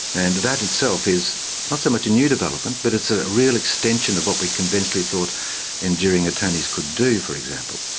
and that in itself is not so much a new development but it's a real extension of what we conventionally thought enduring attorneys could do, for example.